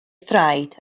thraed